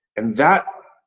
and that,